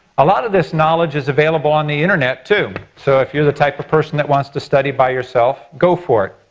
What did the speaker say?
a lot of this knowledge is available on the internet too. so if you're the type of person that wants to study by yourself, go for it.